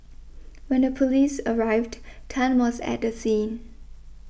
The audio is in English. when the police arrived Tan was at the scene